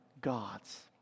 gods